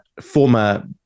former